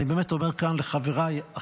אני אומר כאן לחבריי,